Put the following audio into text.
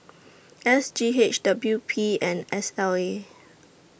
S G H W P and S L A